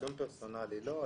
עיצום פרסונלי לא,